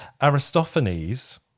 Aristophanes